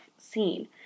seen